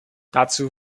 dazu